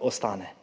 ostane.